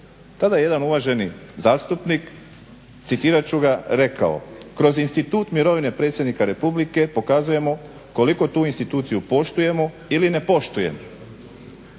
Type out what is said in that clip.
Tada je jedan uvaženi zastupnik, citirat ću ga, rekao: "Kroz institut mirovine predsjednika Republike pokazujemo koliko tu instituciju poštujemo ili ne poštujemo."